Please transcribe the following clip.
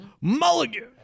Mulligan